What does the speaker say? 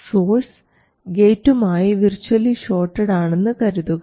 source ഗേറ്റും ആയി virtually shorted ആണ് എന്നു കരുതുക